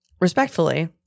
Respectfully